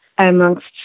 amongst